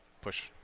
push